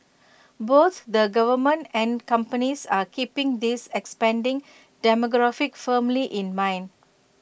both the government and companies are keeping this expanding demographic firmly in mind